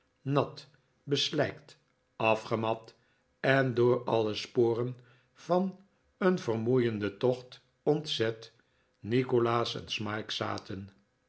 nat beslijkt afgemat en door alle sporen van een vermoeienden tocht ontzet nikolaas en smike zaten